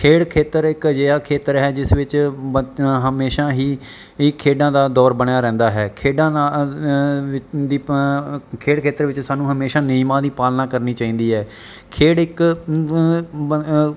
ਖੇਡ ਖੇਤਰ ਇੱਕ ਅਜਿਹਾ ਖੇਤਰ ਹੈ ਜਿਸ ਵਿੱਚ ਬੱਤ ਹਮੇਸ਼ਾ ਹੀ ਹੀ ਖੇਡਾਂ ਦਾ ਦੌਰ ਬਣਿਆ ਰਹਿੰਦਾ ਹੈ ਖੇਡਾਂ ਦਾ ਦੀ ਖੇਡ ਖੇਤਰ ਵਿੱਚ ਸਾਨੂੰ ਹਮੇਸ਼ਾ ਨਿਯਮਾਂ ਦੀ ਪਾਲਣਾ ਕਰਨੀ ਚਾਹੀਦੀ ਹੈ ਖੇਡ ਇੱਕ